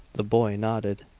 the boy nodded.